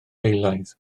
eilaidd